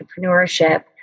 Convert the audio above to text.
entrepreneurship